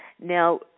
now